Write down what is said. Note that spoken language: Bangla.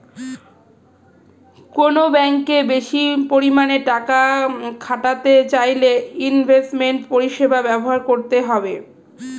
কোনো ব্যাঙ্কে বেশি পরিমাণে টাকা খাটাতে চাইলে ইনভেস্টমেন্ট পরিষেবা ব্যবহার করতে হবে